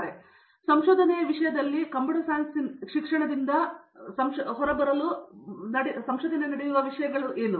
ಹಾಗಾಗಿ ಸಂಶೋಧನೆಯ ವಿಷಯದಲ್ಲಿ ಕಂಪ್ಯೂಟರ್ ಸೈನ್ಸ್ ಪದವೀಧರ ಶಿಕ್ಷಣದಿಂದ ಹೊರಬರಲು ಸಂಶೋಧನೆ ನಡೆಸುತ್ತಿರುವ ವಿಷಯವೇನು